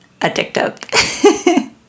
addictive